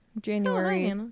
January